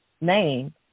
name